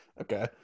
Okay